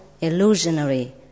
illusionary